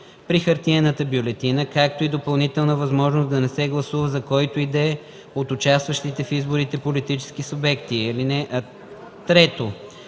при хартиената бюлетина, както и допълнителна възможност да не се гласува за който и да е от участващите в изборите политически субекти; 3.